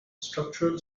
structural